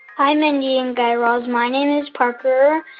hi, mindy and guy raz. my name is parker.